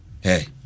Hey